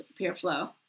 PeerFlow